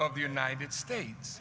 of the united states